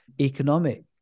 economic